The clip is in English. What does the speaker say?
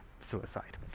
suicide